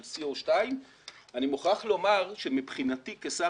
של C02. אני מוכרח לומר שמבחינתי כשר